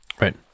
Right